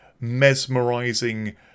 mesmerizing